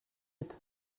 suite